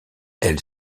elle